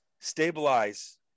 stabilize